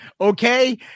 Okay